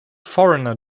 foreigner